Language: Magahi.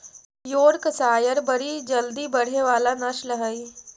योर्कशायर बड़ी जल्दी बढ़े वाला नस्ल हई